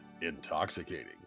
intoxicating